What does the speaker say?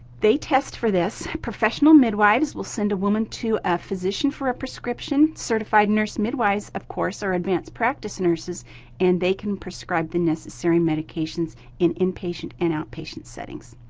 they test for this! professional midwives will send a woman to a physician for a prescription certified nurse midwives, of course, are advanced practice nurses and they can prescribe the necessary medications in inpatient and outpatient settings.